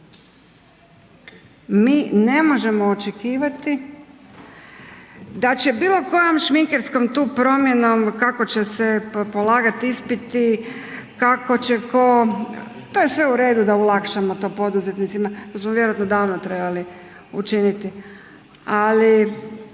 mi ne možemo očekivati da će bilo kojom šminkerskom tu promjenom kako će se polagati ispiti, kako će tko, to je sve uredu da olakšamo to poduzetnicima, to smo vjerojatno davno trebali učiniti, ali